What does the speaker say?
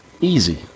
Easy